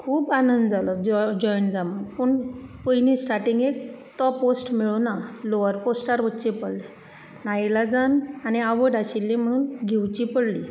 खूब आंनद जालो जॉयन जा म्हण पूण पयली स्टार्टींगेंक तो पोस्ट मेळूना लोवर पोस्टार वच्चे पडलें नाइलाजान आनी आवड आशिल्ली म्हणून घेवची पडलीं